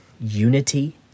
unity